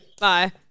bye